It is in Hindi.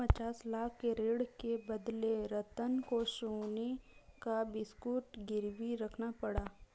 पचास लाख के ऋण के बदले रतन को सोने का बिस्कुट गिरवी रखना पड़ा